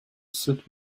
suit